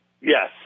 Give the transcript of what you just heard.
Yes